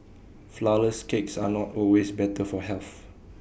Flourless Cakes are not always better for health